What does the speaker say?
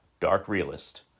darkrealist